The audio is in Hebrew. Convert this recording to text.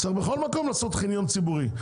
צריך בכל מקום לעשות חניון ציבורי.